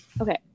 Okay